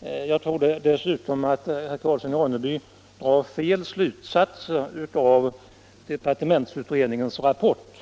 Jag tror dessutom att herr Karlsson drar felaktiga slutsatser av departementsutredningens rapport.